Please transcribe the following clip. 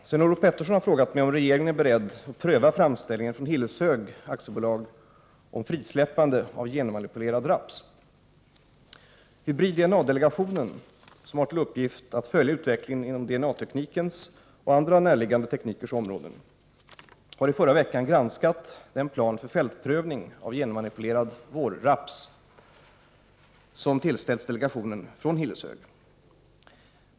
Herr talman! Sven-Olof Petersson har frågat mig om regeringen är beredd att pröva framställningen från Hilleshög AB om frisläppande av genmanipulerad raps. Hybrid-DNA-delegationen, som har till uppgift att följa utvecklingen inom DNA-teknikens och andra närliggande teknikers områden, har i förra veckan granskat den plan för fältprövning av genmanipulerad vårraps som tillställts delegationen från Hilleshög AB.